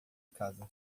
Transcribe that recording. casa